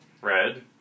red